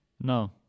No